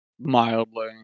mildly